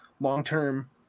long-term